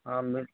हाँ मिल